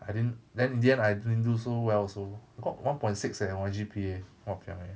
I didn't then in the end I didn't do so well also I got one point six leh my G_P_A !wah! piang eh